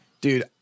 Dude